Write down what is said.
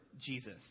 Jesus